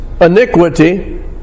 Iniquity